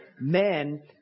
men